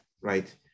right